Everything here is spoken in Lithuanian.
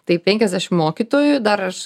tai penkiasdešim mokytojų dar aš